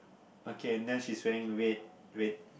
okay and then she's wearing red red